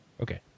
Okay